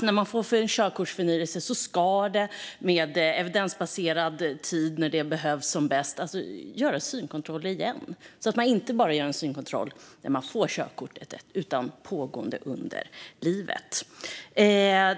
När man ska förnya sitt körkort ska det vid den tid då det evidensbaserat behövs som bäst göras en ny synkontroll så att det görs synkontroll inte bara innan man tar körkortet utan återkommande under livet.